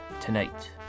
tonight